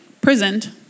prisoned